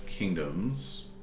Kingdoms